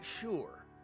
sure